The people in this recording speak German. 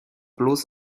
bloß